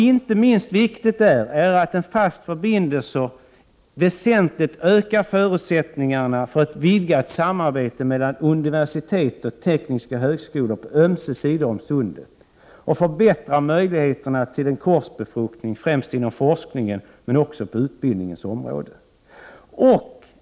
Inte minst viktigt är att en fast förbindelse väsentligt ökar förutsättningarna för ett vidgat samarbete mellan universitet och tekniska högskolor på ömse sidor om Sundet. Det förbättrar också möjligheterna till en korsbefruktning främst inom forskningen men också på utbildningsområdet.